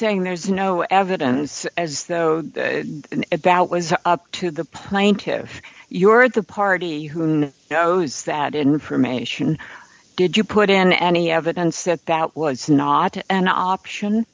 saying there's no evidence as though and if that was up to the plaintiffs you're the party who knows that information did you put in any evidence that that was not an option